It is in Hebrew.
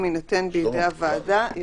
מספר 29. תגידי 29. זה מקל עליהם.